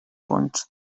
punts